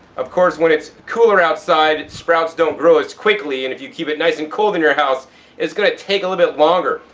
of course when it's cooler outside, sprouts don't grow as quickly. and if you keep it nice and cold in your house it's going to take a little bit longer.